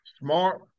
smart